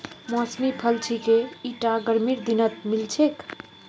मौसमी फल छिके ईटा गर्मीर दिनत मिल छेक